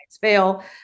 fail